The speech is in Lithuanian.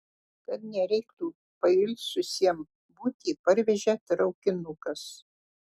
kad nereiktų pailsusiem būti parvežė traukinukas